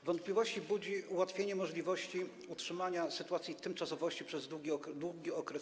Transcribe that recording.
Wątpliwości budzi ułatwienie możliwości utrzymania sytuacji tymczasowości przez długi okres.